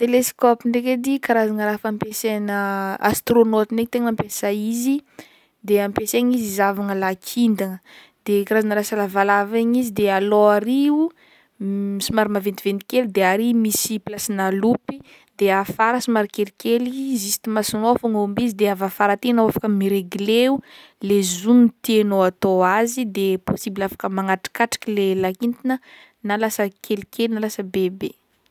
Teleskaopy ndraiky edy karazagna raha fammpiasana astronaute ndraiky tegna mampiasa izy, de ampiasaigny izy hizahavahana lakintagna, de karazagna raha sa lavalava igny de alôha ary o somary maventiventy kely de ary mist placena lopy de afara somary kelikely, juste masognao fogna omby izy de avy afara aty enao afaka mi-regle o, le zoom tiagnao atao azy de possible afaka manatrikatrika le lakintagna na lasa kelikely na lasa bebe.